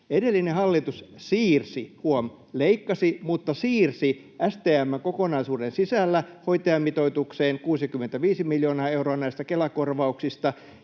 Edellinen hallitus siirsi — huom., leikkasi mutta siirsi — STM:n kokonaisuuden sisällä hoitajamitoitukseen 65 miljoonaa euroa näistä Kela-korvauksista.